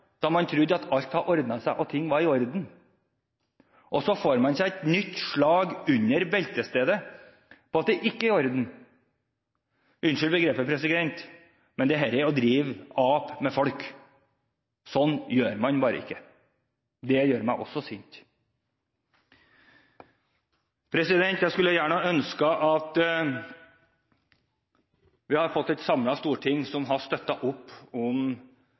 da man trodde at alt hadde ordnet seg, og at ting var i orden. Og så får man seg et nytt slag under beltestedet ved at det ikke er i orden. Unnskyld begrepet, president, men dette er å drive ap med folk. Sånn gjør man bare ikke. Det gjør meg også sint. Jeg skulle gjerne ha ønsket at et samlet storting hadde støttet opp om